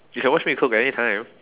you can watch me cook anytime